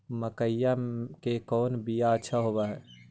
मकईया के कौन बियाह अच्छा होव है?